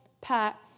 Pat